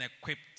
equipped